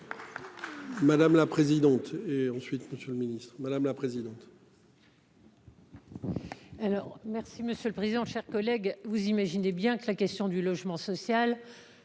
Madame la présidente. Et ensuite, Monsieur le Ministre, madame la présidente.